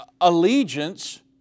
allegiance